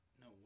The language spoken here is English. No